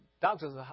doctor's